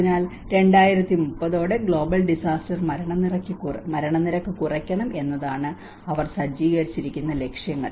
അതിനാൽ 2030 ഓടെ global disaster മരണനിരക്ക് കുറയ്ക്കണം എന്നതാണ് അവർ സജ്ജീകരിച്ചിരിക്കുന്ന ലക്ഷ്യങ്ങൾ